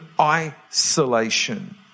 isolation